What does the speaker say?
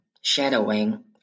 shadowing